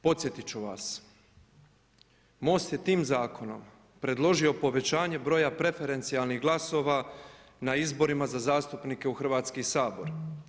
Podsjetit ću vas, MOST je tim zakonom predložio povećanje broja preferencijalnih glasova na izborima za zastupnike u Hrvatski sabor.